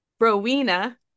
Rowena